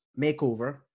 makeover